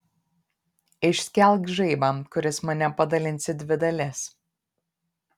išskelk žaibą kuris mane padalins į dvi dalis